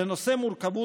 יש לנושא מורכבות